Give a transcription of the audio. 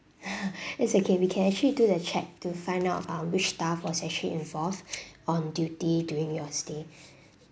it's okay we can actually do the check to find out um which staff was actually involved on duty during your stay